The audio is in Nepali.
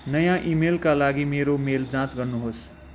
नयाँ इमेलका लागि मेरो मेल जाँच गर्नुहोस्